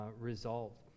resolved